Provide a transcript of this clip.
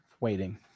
waiting